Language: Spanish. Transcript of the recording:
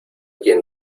quien